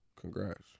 congrats